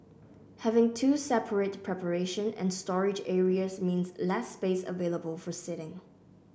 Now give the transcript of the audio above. having two separate preparation and storage areas means less space available for seating